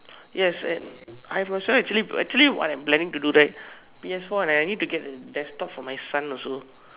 yes and I've also actually actually what I'm planning to do that PSfour I need to get a desktop for my son also